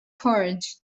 torched